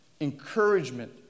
Encouragement